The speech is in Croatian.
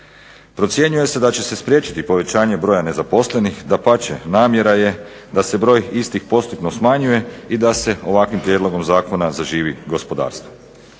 Procjenjuje se da će se spriječiti povećanje broja nezaposlenih, dapače namjera je da se broj istih postupno smanjuje, i da se ovakvim prijedlogom zakona zaživi gospodarstvo.